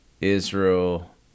Israel